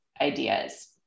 ideas